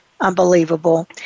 unbelievable